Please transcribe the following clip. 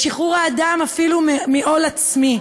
לשחרור האדם אפילו מעול עצמי.